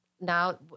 Now